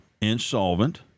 insolvent